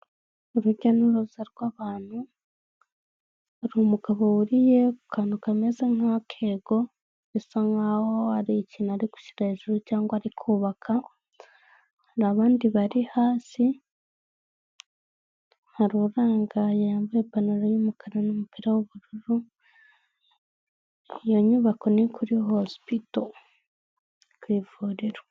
Urujya n'uruza rwabantu hari umugabo wuriye kukantu kameze nkakego, bisa nkaho ari ikintu ari gushyira hejuru cyangwa ari kubaka n’abandi bari hasi harurangaye yambaye ipantaro y' umukara, n'umupira w'ubururu iyo nyubako ni kuri hosipito ku ivuriro.